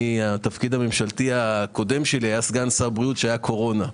התפקיד הממשלתי הקודם שלי היה סגן שר הבריאות שהיה קורונה,